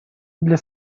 для